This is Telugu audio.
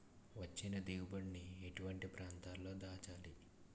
వచ్చిన దిగుబడి ని ఎటువంటి ప్రాంతం లో దాచాలి?